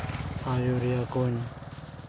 ᱟᱹᱭᱩᱨᱤᱭᱟᱹ ᱠᱚᱧ